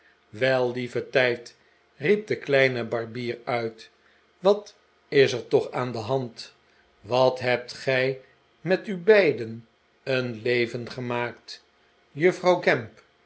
wel lieve tijd riep de kleine barbier uit wat is er toch aan de hand wat hebt gij met u beiden een leven gemaakt juffrouw gamp